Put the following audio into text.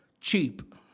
Cheap